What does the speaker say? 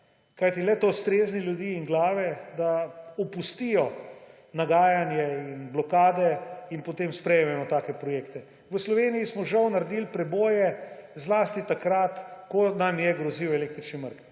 Kajti le to strezni ljudi in glave, da opustijo nagajanje in blokade in potem sprejmemo take projekte. V Sloveniji smo žal naredili preboje zlasti takrat, ko nam je grozil električni mrk.